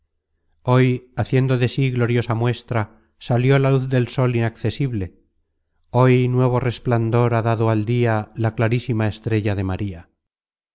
hoy haciendo de sí gloriosa muestra salió la luz del sol inaccesible hoy nuevo resplandor ha dado al dia la clarísima estrella de maría